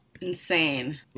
Insane